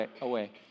away